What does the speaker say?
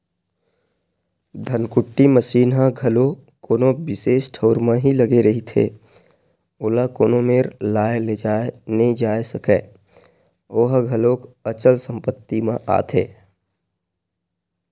धनकुट्टी मसीन ह घलो कोनो बिसेस ठउर म ही लगे रहिथे, ओला कोनो मेर लाय लेजाय नइ जाय सकय ओहा घलोक अंचल संपत्ति म आथे